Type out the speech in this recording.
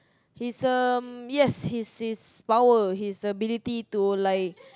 his um yes his his power his ability to like